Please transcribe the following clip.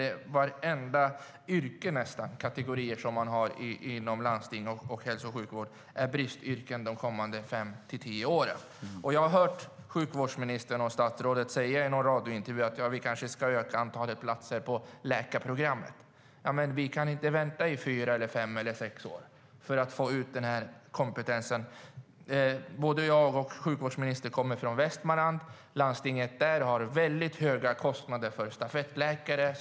Nästan varenda yrkeskategori som man har inom landstingets hälso och sjukvård är bristyrken under de kommande fem till tio åren. Både jag och sjukvårdsministern kommer från Västmanland. Landstinget där har väldigt höga kostnader för stafettläkare.